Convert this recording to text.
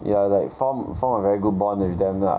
ya like form form a very good bond with them lah